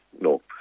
No